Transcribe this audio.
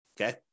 okay